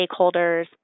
stakeholders